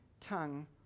tongue